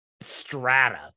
strata